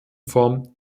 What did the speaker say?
form